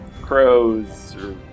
crows